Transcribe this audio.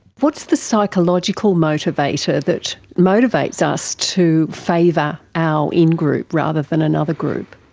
what's the psychological motivator that motivates us to favour our in-group rather than another group?